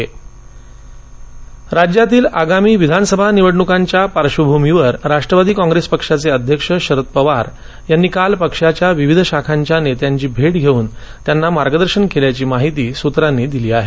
शरद पवार राज्यातील आगामी विधानसभा निवडण्कांच्या पार्श्वभूमीवर राष्ट्रवादी काँप्रेस पक्षाचे अध्यक्ष शरद पवार यांनी काल पक्षाच्या विविध शाखांच्या नेत्यांची भेट घेऊन त्यांना मार्गदर्शन केल्याची माहिती सूत्रांनी दिली आहे